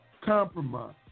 compromise